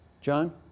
John